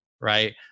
right